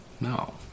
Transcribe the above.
No